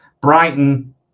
Brighton